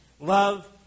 Love